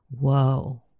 Whoa